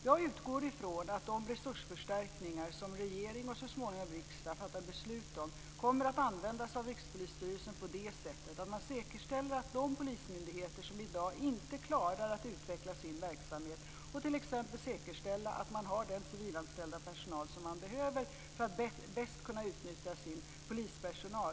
Jag utgår ifrån att de resursförstärkningar som regering och så småningom riksdag fattar beslut om kommer att användas av Rikspolisstyrelsen på det sättet att man säkerställer att de resurser som behövs förs över till de polismyndigheter som i dag inte klarar att utveckla sin verksamhet och t.ex. säkerställa att de har den civilanställda personal som de behöver för att bäst kunna utnyttja sin polispersonal.